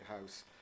house